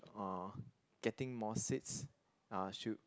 uh getting more seats uh should